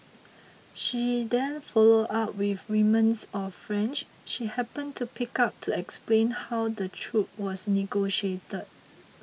she then followed up with remnants of French she happened to pick up to explain how the truce was negotiated